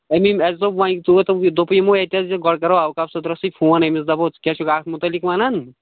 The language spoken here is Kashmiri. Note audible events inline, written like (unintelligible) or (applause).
اَمی اَسہِ دوٚپ وۄنۍ (unintelligible) دوٚپ یِمو اَتہِ حظ یہِ گۄڈٕ کرو اوقاف صٔدرسٕے فون أمِس دپو ژٕ کیٛاہ چھُکھ اَتھ مُتعلِق ونان